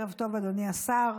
ערב טוב, אדוני השר.